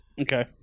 Okay